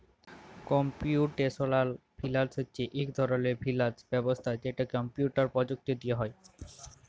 computational finance হছে ইক ধরলের ফিল্যাল্স ব্যবস্থা যেট কম্পিউটার পরযুক্তি দিঁয়ে হ্যয়